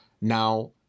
Now